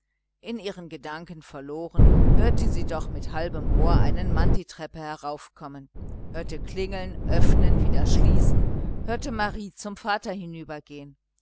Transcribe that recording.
in ihren gedanken verloren hörte sie doch mit halbem ohr einen mann die treppe heraufkommen hörte klingeln öffnen wieder schließen hörte marie zum vater hinübergehen